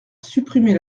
supprimer